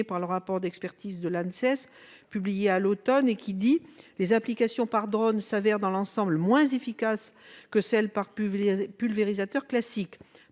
par le rapport d'expertise de l'Anses publié à l'automne : selon ce dernier, « les applications par drone s'avèrent dans l'ensemble moins efficaces que celles par pulvérisateurs classiques ».